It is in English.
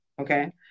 okay